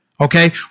okay